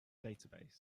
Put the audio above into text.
database